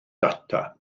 data